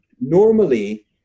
normally